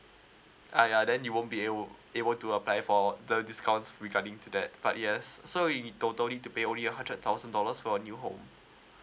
uh ya then you won't be able to able to apply for the discounts regarding to that but yes so we totally to pay only a hundred thousand dollars for a new home